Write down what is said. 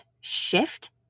shift